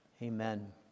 Amen